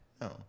No